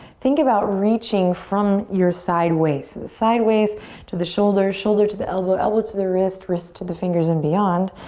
think about reaching from your side waist. side waist to the shoulders, shoulder to the elbow, elbow to the wrist, wrist to the fingers and beyond.